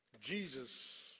Jesus